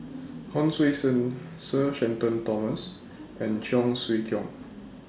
Hon Sui Sen Sir Shenton Thomas and Cheong Siew Keong